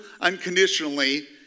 unconditionally